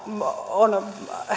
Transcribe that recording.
on